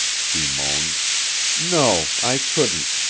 she moaned no, i couldn't.